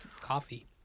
coffee